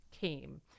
came